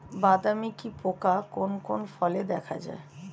বাদামি কি পোকা কোন কোন ফলে দেখা যায়?